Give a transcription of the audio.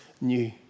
new